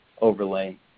overlay